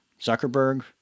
Zuckerberg